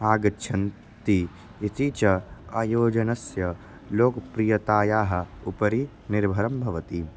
आगच्छन्ति इति च आयोजनस्य लोकप्रियतायाः उपरि निर्भरं भवति